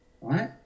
right